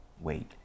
wait